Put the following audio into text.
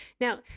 Now